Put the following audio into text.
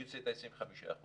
אני רוצה את ה-25 אחוזים.